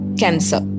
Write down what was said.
cancer